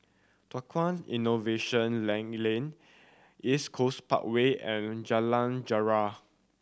Tukang Innovation Lane East Coast Parkway and Jalan Jarak